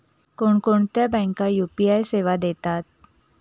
कोणकोणत्या बँका यू.पी.आय सेवा देतात?